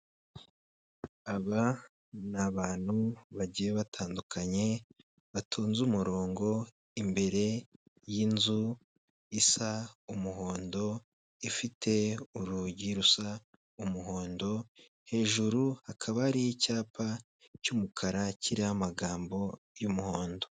Aba ni abantu bagiye batandukanye batonze umurongo imbere y'inzu isa umuhondo, ifite urugi rusa umuhondo, hejuru hakaba hariho icyapa cy'umukara kiriho amagambo y'umuhondo.